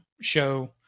show